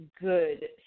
good